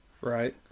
Right